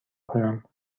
کنم